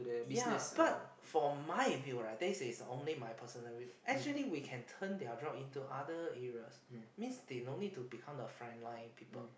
ya but for my view right this is only my personal view actually we can turn their job into other areas means they no need to become the front line people